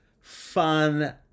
fun